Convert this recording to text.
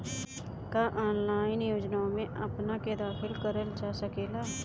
का ऑनलाइन योजनाओ में अपना के दाखिल करल जा सकेला?